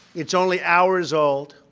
it's only hours old.